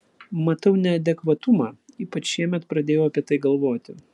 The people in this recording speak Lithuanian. matau neadekvatumą ypač šiemet pradėjau apie tai galvoti